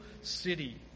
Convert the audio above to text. city